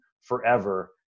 forever